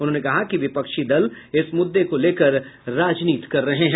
उन्होंने कहा कि विपक्षी दल इस मुद्दे को लेकर राजनीति कर रहे हैं